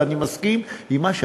ואני מסכים עם מה שאמרת,